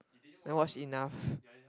never watch enough